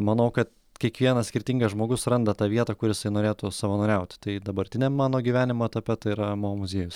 manau kad kiekvienas skirtingas žmogus randa tą vietą kur jisai norėtų savanoriaut tai dabartiniam mano gyvenimo etape tai yra mo muziejus